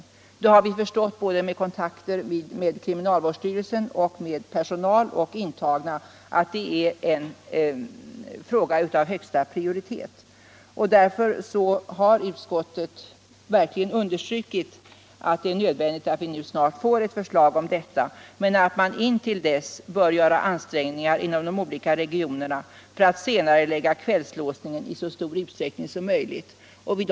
Efter kontakter med både kriminalvårdsstyrelsen, personal och intagna har vi kommit till uppfattningen att detta är en fråga av högsta prioritet. Därför har utskottet verkligen understrukit att det är nödvändigt att vi nu snart får ett förslag i detta avseende och att man intill dess inom de olika regionerna bör göra ansträngningar för att i så stor utsträckning som möjligt senarelägga kvällslåsningen.